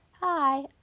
hi